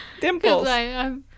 Dimples